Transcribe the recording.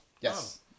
Yes